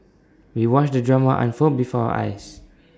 we watched the drama unfold before our eyes